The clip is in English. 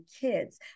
kids